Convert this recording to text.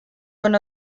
con